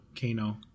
Kano